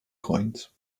coins